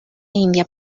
india